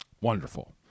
Wonderful